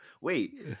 wait